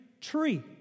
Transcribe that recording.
tree